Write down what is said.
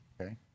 Okay